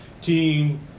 Team